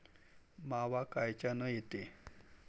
मावा कायच्यानं येते?